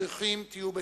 וברוכים תהיו בצאתכם.